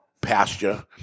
pasture